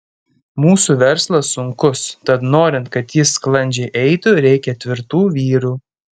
mūsų verslas sunkus tad norint kad jis sklandžiai eitų reikia tvirtų vyrų